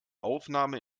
aufnahme